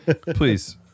Please